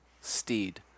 Steed